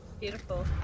Beautiful